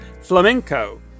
flamenco